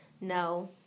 no